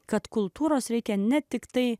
kad kultūros reikia ne tiktai